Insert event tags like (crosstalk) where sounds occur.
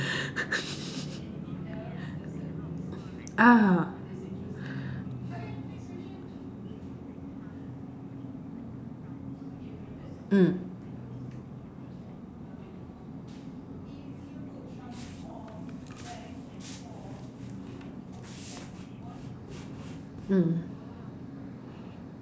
(laughs) ah mm mm